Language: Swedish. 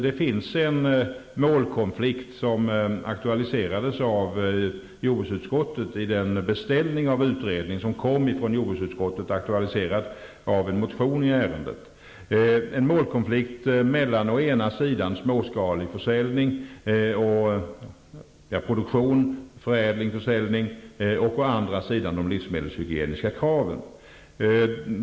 Enligt den beställning av utredning som kom från jordbruksutskottet, aktualiserad av en motion i ärendet, finns det en målkonflikt mellan å ena sidan småskalig produktion, förädling, försäljning, och å andra sidan de livsmedelshygieniska kraven.